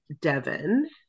Devon